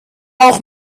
auch